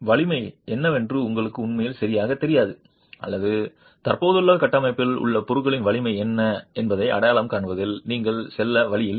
வலிமை என்னவென்று உங்களுக்கு உண்மையில் சரியாகத் தெரியாது அல்லது தற்போதுள்ள கட்டமைப்பில் உள்ள பொருளின் வலிமை என்ன என்பதை அடையாளம் காண்பதில் நீங்கள் செல்ல வழி இல்லை